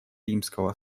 римского